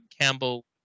campbell